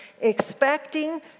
expecting